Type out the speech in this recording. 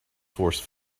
force